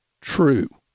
true